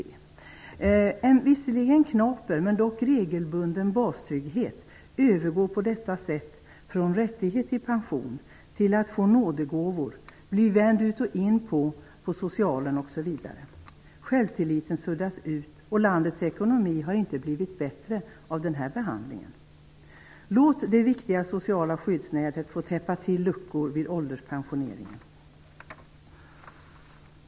En visserligen knaper men dock regelbunden bastrygghet övergår på detta sätt från rättighet till pension till att få nådegåvor. Man blir vänd ut och in vid socialen osv. Självtilliten suddas ut, och landets ekonomi har inte blivit bättre av den här hanteringen. Låt det viktiga sociala skyddsnätet få täppa till luckorna vid ålderspensioneringen!